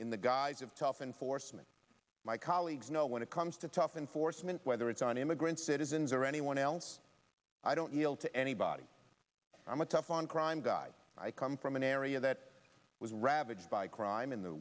in the guise of tough enforcement my colleagues know when it comes to tough enforcement whether it's on immigrants citizens or anyone else i don't yield to anybody i'm a tough on crime guy i come from an area that was ravaged by crime in the